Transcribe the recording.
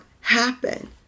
happen